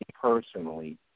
personally